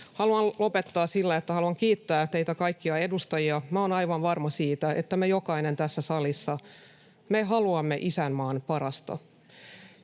Haluan lopettaa sillä, että haluan kiittää teitä kaikkia edustajia. Olen aivan varma siitä, että jokainen meistä tässä salissa haluaa isänmaan parasta.